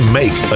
make